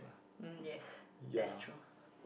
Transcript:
mm yes that's true